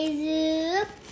soup